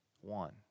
one